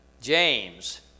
James